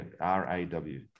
r-a-w